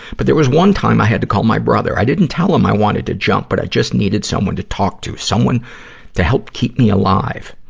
but there was one time i had to call my brother. i didn't tell him i wanted to jump, but i just needed someone to talk to. someone to help keep me alive.